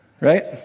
right